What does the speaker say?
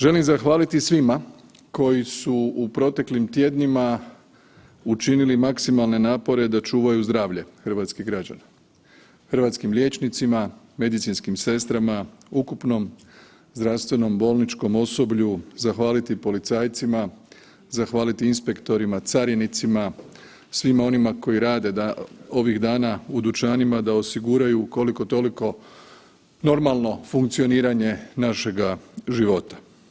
Želim zahvaliti svima koji su u proteklim tjednima učinili maksimalne napore da čuvaju zdravlje hrvatskih građana, hrvatskim liječnicima, medicinskim sestrama, ukupnom zdravstvenom bolničkom osoblju, zahvaliti policajcima, zahvaliti inspektorima, carinicima, svima onima koji rade ovih dana u dućanima, da osiguraju koliko toliko normalno funkcioniranje našega života.